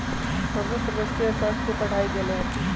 हमहु समष्टि अर्थशास्त्र के पढ़ाई कएले हति